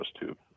tube